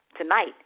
tonight